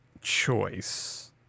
choice